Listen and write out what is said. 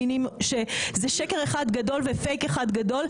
שזה שקר אחד גדול ופייק אחד גדול.